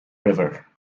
river